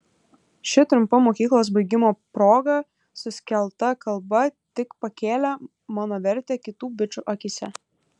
ši trumpa mokyklos baigimo proga suskelta kalba tik pakėlė mano vertę kitų bičų akyse